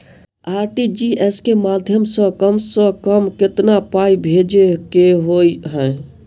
RTGS केँ माध्यम सँ कम सऽ कम केतना पाय भेजे केँ होइ हय?